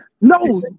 No